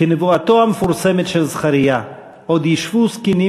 כנבואתו המפורסמת של זכריה: "עֹד ישבו זקנים